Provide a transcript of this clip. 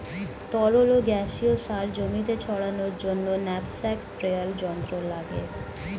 তরল ও গ্যাসীয় সার জমিতে ছড়ানোর জন্য ন্যাপস্যাক স্প্রেয়ার যন্ত্র লাগে